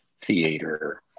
theater